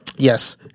Yes